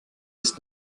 ist